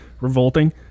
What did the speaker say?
revolting